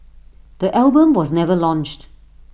the album was never launched